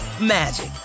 magic